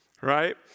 right